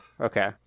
okay